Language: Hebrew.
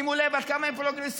שימו לב עד כמה הם פרוגרסיביים,